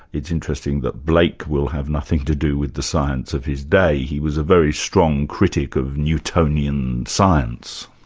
it's interesting that blake will have nothing to do with the science of his day. he was a very strong critic of newtonian science.